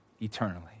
eternally